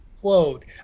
quote